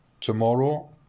tomorrow